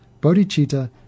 bodhicitta